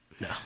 No